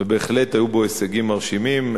ובהחלט היו בו, הישגים מרשימים.